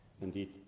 Indeed